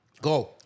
Go